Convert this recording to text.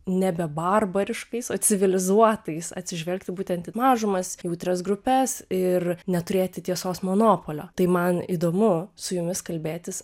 nebe barbariškais o civilizuotais atsižvelgti būtent į mažumas į jautrias grupes ir neturėti tiesos monopolio tai man įdomu su jumis kalbėtis